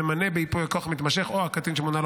הממנה בייפוי הכוח המתמשך או הקטין שמונה לו